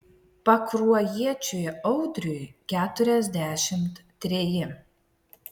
pakruojiečiui audriui keturiasdešimt treji